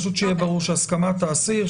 פשוט שיהיה ברור שהסכמת האסיר,